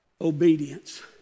obedience